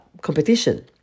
competition